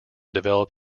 develop